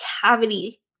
cavity